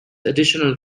additional